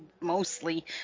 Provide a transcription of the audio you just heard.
mostly